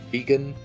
Vegan